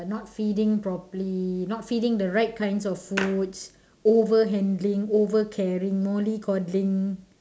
not feeding properly not feeding the right kinds of foods over handling over caring mollycoddling